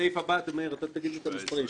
הסעיף הבא, מאיר, אתה תגיד לי את המספרים.